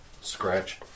Scratch